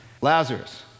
Lazarus